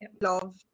love